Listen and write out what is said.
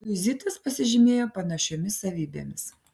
liuizitas pasižymėjo panašiomis savybėmis